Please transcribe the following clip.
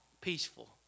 peaceful